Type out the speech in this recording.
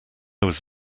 was